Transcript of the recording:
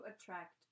attract